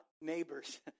neighbors